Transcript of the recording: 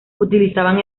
utilizaban